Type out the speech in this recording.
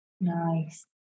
Nice